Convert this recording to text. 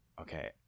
Okay